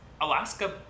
Alaska